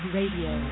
Radio